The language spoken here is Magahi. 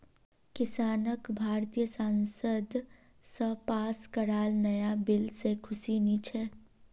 किसानक भारतीय संसद स पास कराल नाया बिल से खुशी नी छे